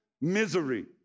misery